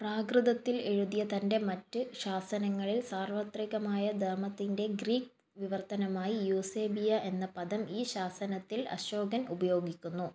പ്രാകൃതത്തിൽ എഴുതിയ തന്റെ മറ്റ് ശാസനങ്ങളില് സാർവത്രികമായ ധർമ്മത്തിന്റെ ഗ്രീക്ക് വിവർത്തനമായി യൂസേബിയ എന്ന പദം ഈ ശാസനത്തിൽ അശോകൻ ഉപയോഗിക്കുന്നു